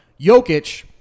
Jokic